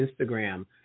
Instagram